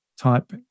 type